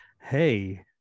hey